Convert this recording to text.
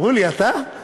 אמרו לי: אתה מסתלבט?